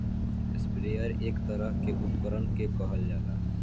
sprayer एक तरह के उपकरण के कहल जाला